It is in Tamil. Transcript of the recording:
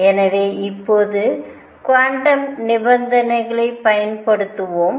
எனவே இப்போது குவாண்டம் நிபந்தனைகளைப் பயன்படுத்துவோம்